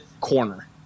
corner